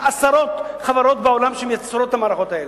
יש עשרות חברות בעולם שמייצרות את המערכות האלה.